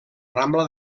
rambla